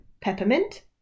peppermint